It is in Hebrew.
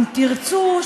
"אם תרצו",